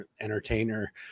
entertainer